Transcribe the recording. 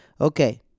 Okay